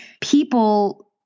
people